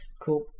Cool